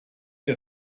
der